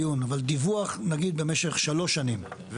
במשך שלוש שנים,